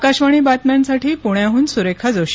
आकाशवाणीबातम्यांसाठी पुण्याहून सुरेखाजोशी